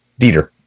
Dieter